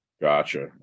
Gotcha